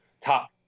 top